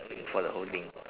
I mean for the whole thing